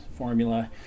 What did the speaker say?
Formula